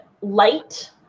light